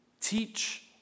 teach